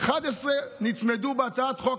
11 נצמדו בהצעת חוק